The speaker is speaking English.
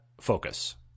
Focus